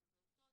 אבל זה אותו תיק,